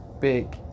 big